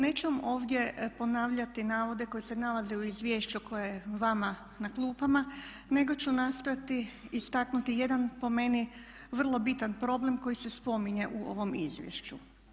Neću ovdje ponavljati navode koji se nalaze u izvješću koje je vama na klupama nego ću nastojati istaknuti jedan po meni vrlo bitan problem koji se spominje u ovom izvješću.